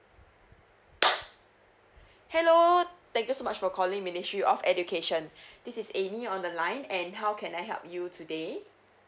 hello thank you so much for calling ministry of education this is amy on the line and how can I help you today